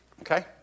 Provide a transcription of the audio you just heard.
Okay